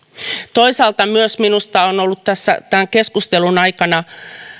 toisaalta minusta on ollut tämän keskustelun aikana